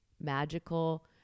magical